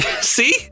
See